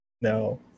No